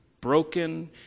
broken